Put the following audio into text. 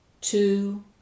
two